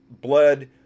blood